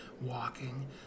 walking